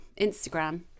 Instagram